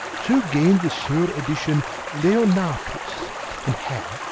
so gain'd the sur-addition leonatus and had,